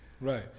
Right